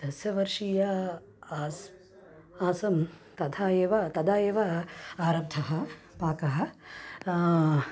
दशवर्षीया आसम् आसम् तथा एव तदा एव आरब्धः पाकः